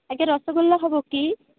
ଆଜ୍ଞା ରସଗୋଲା ହେବ କି